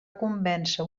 convèncer